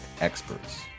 experts